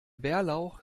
bärlauch